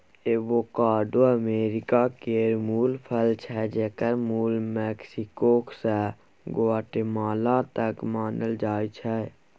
avocado America केर मुल फल छै जकर मुल मैक्सिको सँ ग्वाटेमाला तक मानल जाइ छै